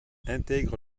intègre